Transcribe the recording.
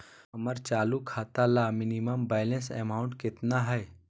हमर चालू खाता ला मिनिमम बैलेंस अमाउंट केतना हइ?